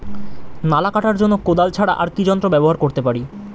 নালা কাটার জন্য কোদাল ছাড়া আর কি যন্ত্র ব্যবহার করতে পারি?